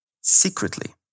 secretly